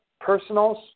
personals